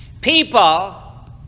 People